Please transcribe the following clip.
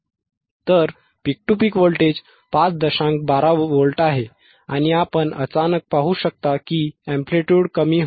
तर peak to peak voltage 5